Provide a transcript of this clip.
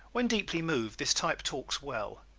when deeply moved this type talks well.